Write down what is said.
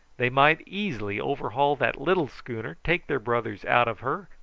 they might easily overhaul that little schooner, take their brothers out of her,